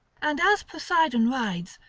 and as poseidon rides,